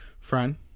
friend